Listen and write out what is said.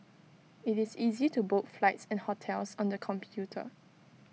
IT is easy to book flights and hotels on the computer